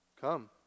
Come